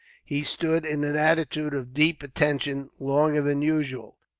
he stood in an attitude of deep attention, longer than usual.